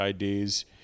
IDs